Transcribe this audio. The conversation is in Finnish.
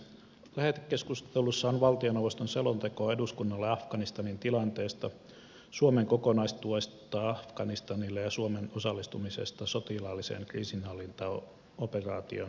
lähetekeskustelussa on valtioneuvoston selonteko eduskunnalle afganistanin tilanteesta suomen kokonaistuesta afganistanille ja suomen osallistumisesta sotilaalliseen kriisinhallintaoperaatioon resolute support